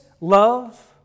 love